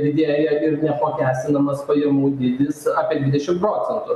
didėja ir neapmokestinamas pajamų dydis apie dvidešimt procentų